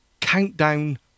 Countdown